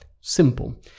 simple